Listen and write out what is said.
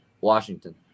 Washington